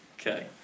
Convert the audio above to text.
Okay